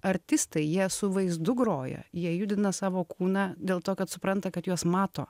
artistai jie su vaizdu groja jie judina savo kūną dėl to kad supranta kad juos mato